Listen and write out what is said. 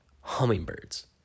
hummingbirds